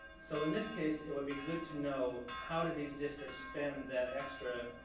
so in this case, it would be good to know, how did these districts spend that extra